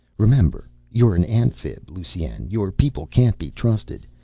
remember, you're an amphib, lusine. your people can't be trusted.